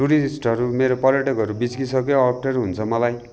टुरिस्टहरू मेरो पर्यटकहरू बिच्किसक्यो अप्ठ्यारो हुन्छ मलाई